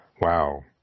Wow